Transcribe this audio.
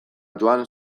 joan